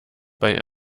bei